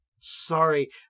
sorry